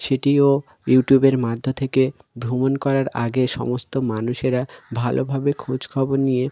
সেটিও ইউটিউবের মধ্য থেকে ভ্রমণ করার আগে সমস্ত মানুষেরা ভালোভাবে খোঁজ খবর নিয়ে